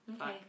Okay